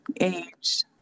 age